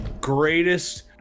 greatest